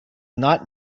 not